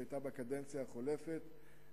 שהיתה בקדנציה החולפת,